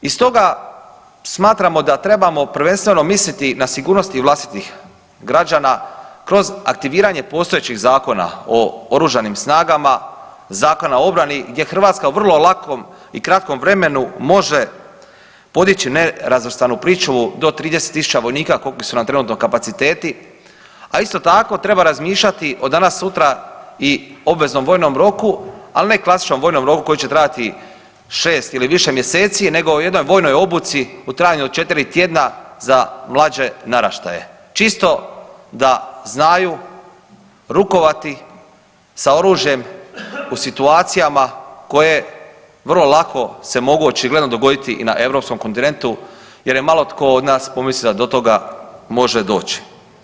I stoga smatramo da trebamo prvenstveno misliti na sigurnost vlastitih građana kroz aktiviranje postojećih Zakona o Oružanim snagama, Zakona o obrani gdje Hrvatska vrlo lako i u kratkom vremenu može podići nerazvrstanu pričuvu do 30 000 vojnika koliko su nam trenutno kapaciteti, a isto tako treba razmišljati o danas sutra i obveznom vojnom roku ali ne klasičnom vojnom roku koji će trajati 6 ili više mjeseci, nego o jednoj vojnoj obuci u trajanju od četiri tjedna za mlađe naraštaje čisto da znaju rukovati sa oružjem u situacijama koje vrlo lako se mogu očigledno dogoditi i na europskom kontinentu, jer je malo tko od nas pomislio da do toga može doći.